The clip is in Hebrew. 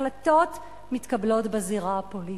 החלטות מתקבלות בזירה הפוליטית.